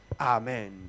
Amen